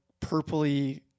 purpley